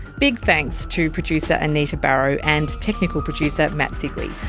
big thanks to producer anita barraud and technical producer matt sigley.